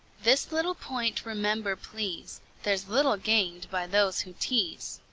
this little point remember, please there's little gained by those who tease.